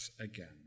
again